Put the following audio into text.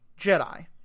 Jedi